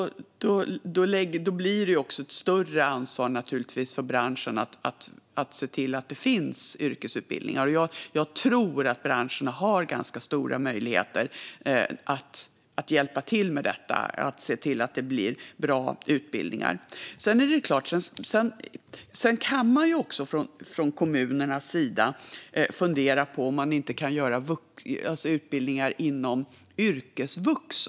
Då blir det naturligtvis ett större ansvar för branschen att se till att det finns yrkesutbildningar. Jag tror att branscherna har ganska stora möjligheter att hjälpa till med detta - att se till att det blir bra utbildningar. Sedan kan man också från kommunernas sida fundera på om man inte kan göra utbildningar inom yrkesvux.